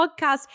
podcast